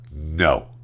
No